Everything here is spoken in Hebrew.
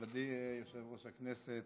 נכבדי יושב-ראש הישיבה,